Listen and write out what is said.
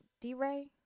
D-Ray